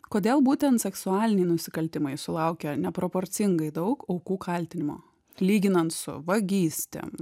kodėl būtent seksualiniai nusikaltimai sulaukia neproporcingai daug aukų kaltinimo lyginant su vagystėm